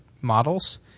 models